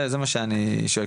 זה מה שאני שואל,